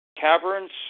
Caverns